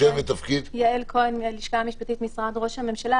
יעל כהן מהלשכה המשפטית משרד ראש הממשלה.